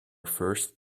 first